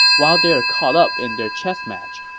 while they're caught up in their chess match,